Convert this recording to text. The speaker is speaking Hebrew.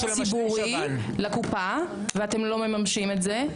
ציבורי, לקופה, ואתם לא מממשים את זה.